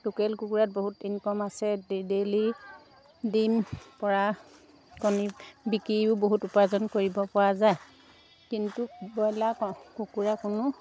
local কুকুৰাত বহুত income আছে ডেইলি দিম পৰা কণী বিক্ৰীও বহুত উপাৰ্জন কৰিব পৰা যায় কিন্তু ব্ৰইলাৰ ক কুকুৰা কোনো